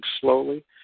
slowly